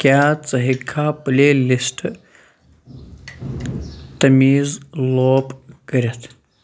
کیٛاہ ژٕ ہٮ۪کہٕ کھا پُلے لِسٹ تمیٖز لوپ کٔرِتھ